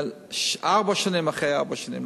יותר נכון ארבע שנים אחרי ארבע שנים,